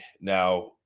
now